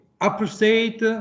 appreciate